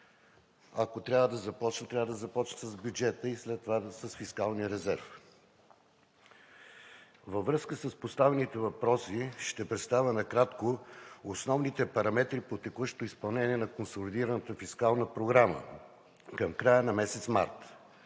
Ако трябва да започна, трябва да започна с бюджета и след това с фискалния резерв. Във връзка с поставените въпроси ще представя накратко основните параметри по текущото изпълнение на Консолидираната фискална програма към края на месец март.